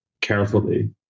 carefully